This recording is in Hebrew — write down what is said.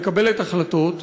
מקבלת החלטות,